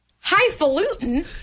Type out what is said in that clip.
Highfalutin